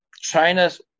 China's